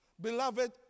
Beloved